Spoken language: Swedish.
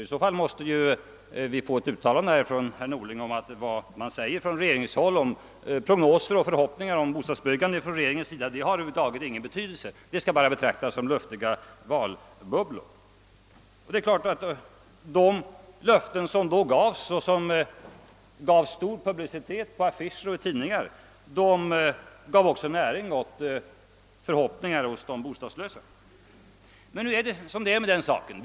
I så fall måste vi få ett uttalande av herr Norling om att vad som sägs på regeringshåll om prognoser och förhoppningar beträfande bostadsbyggande inte har någon betydelse och skall betraktas bara som luftiga valbubblor. De löften som då gavs och som fick stor publicitet på affischer och i tidningar gav också näring åt förhoppningar hos de bostadslösa. Nu är det som det är med den saken.